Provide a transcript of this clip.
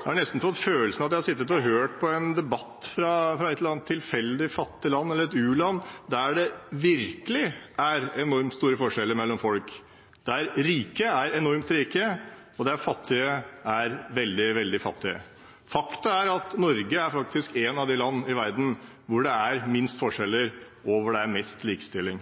Jeg har nesten fått følelsen av at jeg har sittet og hørt på en debatt fra et eller annet tilfeldig fattig land, et u-land, der det virkelig er enormt store forskjeller mellom folk, der rike er enormt rike og der fattige er veldig, veldig fattige. Faktum er at Norge er faktisk et av de landene i verden hvor det er minst forskjeller, og hvor det er mest likestilling.